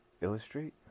illustrate